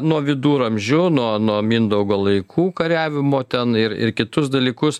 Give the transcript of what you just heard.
nuo viduramžių nuo nuo mindaugo laikų kariavimo ten ir ir kitus dalykus